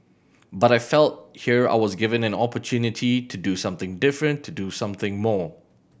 but I felt here I was given an opportunity to do something different to do something more